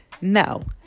No